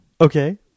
Okay